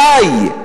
די,